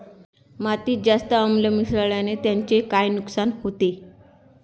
मातीत जास्त आम्ल मिसळण्याने त्याचे काय नुकसान होते?